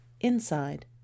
inside